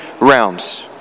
realms